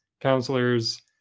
counselors